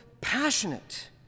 passionate